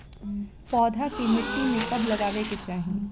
पौधा के मिट्टी में कब लगावे के चाहि?